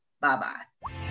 Bye-bye